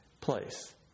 place